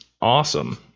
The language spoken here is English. awesome